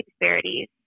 disparities